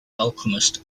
alchemist